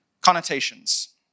connotations